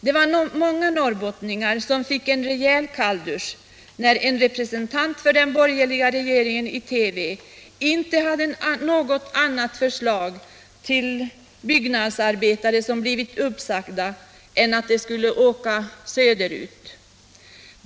Det var många norrbottningar som fick en rejäl kalldusch, när en representant för den borgerliga regeringen i TV inte hade något annat förslag till byggnadsarbetare som blivit uppsagda än att de skulle åka söderut.